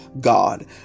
God